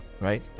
right